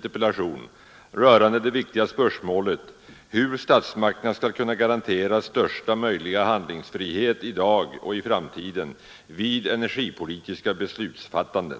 statsministern rörande det viktiga spörsmålet hur statsmakterna skall kunna garanteras största möjliga handlingsfrihet i dag och i framtiden vid olika slag av energipolitiskt beslutsfattande.